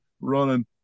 running